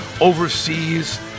overseas